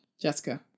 Jessica